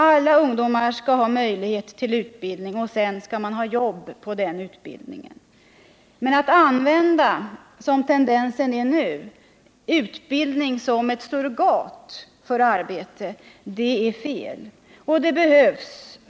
Alla ungdomar skall ha möjlighet till utbildning, och sedan skall man ha jobb på den utbildningen. Men att, som tendensen är nu, använda utbildning som ett surrogat för arbete är fel.